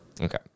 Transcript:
Okay